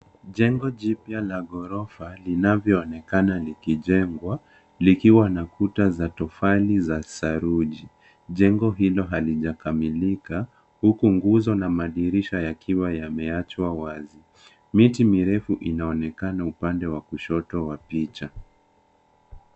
Jengo jipya la ghorofa linaloonekana likijengwa likiwa na kuta za tofali za saruj,i jengo hilo halijakamilika huku nguzo na madirisha yakiwa yameachwa wazi, miti mirefu inaonekana upande wa kushoto wa picha.